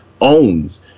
owns